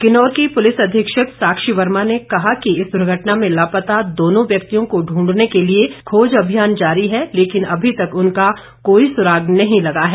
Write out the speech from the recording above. किन्नौर की पुलिस अधीक्षक साक्षी वर्मा ने कहा कि इस दुर्घटना में लापता दोनों व्यक्तियों को ढूंढने के लिए खोज अभियान जारी है लेकिन अभी तक उनका कोई सुराग नहीं लगा है